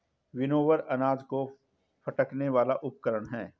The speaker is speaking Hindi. विनोवर अनाज को फटकने वाला उपकरण है